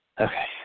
Okay